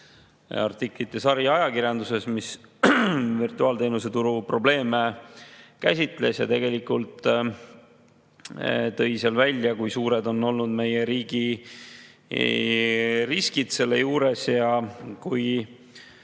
artiklite sari, mis virtuaalteenuse turu probleeme käsitles ja tegelikult tõi välja, kui suured on olnud meie riigi riskid selle juures ja kui